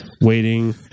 waiting